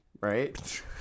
right